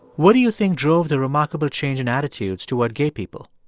what do you think drove the remarkable change in attitudes toward gay people?